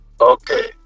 Okay